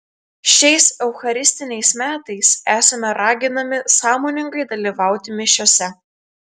šiais eucharistiniais metais esame raginami sąmoningai dalyvauti mišiose